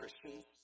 Christians